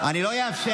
אני לא אאפשר,